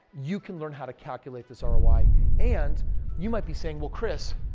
you can learn how to calculate this ah roi. and you might be saying, well kris,